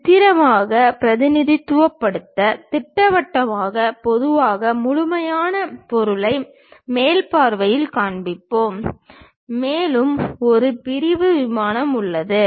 சித்திரமாக பிரதிநிதித்துவப்படுத்த திட்டவட்டமாக பொதுவாக முழுமையான பொருளை மேல் பார்வையில் காண்பிப்போம் மேலும் ஒரு பிரிவு விமானம் உள்ளது